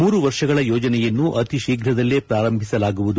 ಮೂರು ವರ್ಷಗಳ ಯೋಜನೆಯನ್ನು ಅತಿ ಶೀಘ್ರದಲ್ಲೇ ಪೂರಂಭಿಸಲಾಗುವುದು